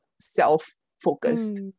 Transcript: self-focused